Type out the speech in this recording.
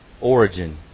origin